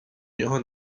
нього